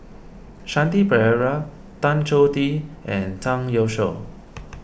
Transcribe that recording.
Shanti Pereira Tan Choh Tee and Zhang Youshuo